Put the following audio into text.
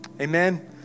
Amen